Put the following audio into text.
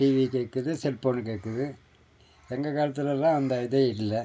TV கேட்குது cell phone கேட்குது எங்கள் காலத்திலெல்லாம் அந்த இதே இல்லை